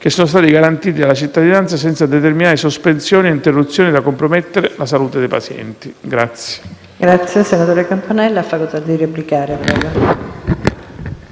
che sono stati garantiti alla cittadinanza senza determinare sospensioni o interruzioni tali da compromettere la salute dei pazienti.